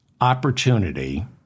opportunity